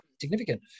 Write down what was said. significant